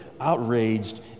outraged